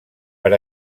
per